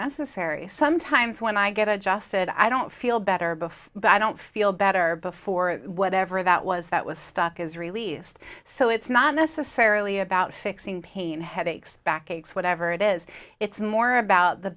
necessary sometimes when i get adjusted i don't feel better before but i don't feel better before whatever that was that was stuck is released so it's not necessarily about fixing pain headaches backaches whatever it is it's more about the